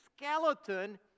skeleton